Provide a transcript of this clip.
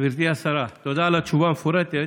גברתי השרה, תודה על התשובה המפורטת.